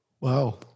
Wow